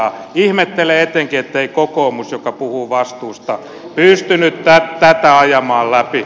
ihmettelen etenkin ettei kokoomus joka puhuu vastuusta pystynyt tätä ajamaan läpi